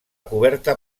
coberta